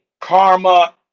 Karma